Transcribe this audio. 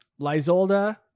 lysolda